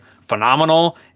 phenomenal